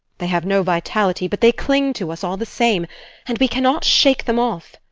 they have no vitality, but they cling to us all the same, and we cannot shake them off.